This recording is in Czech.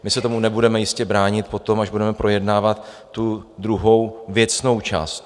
My se tomu nebudeme jistě bránit potom, až budeme projednávat tu druhou věcnou část.